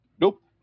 Nope